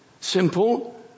simple